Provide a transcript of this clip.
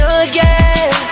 again